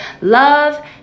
love